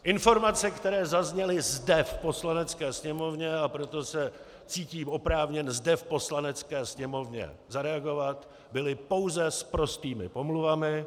Informace, které zazněly zde v Poslanecké sněmovně, a proto se cítím oprávněn zde v Poslanecké sněmovně zareagovat, byly pouze sprostými pomluvami.